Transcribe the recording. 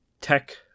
tech